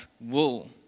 wool